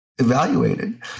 evaluated